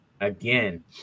again